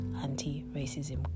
anti-racism